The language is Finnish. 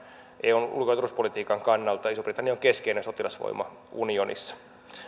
eun ulko ja turvallisuuspolitiikan kannalta iso britannia on keskeinen sotilasvoima unionissa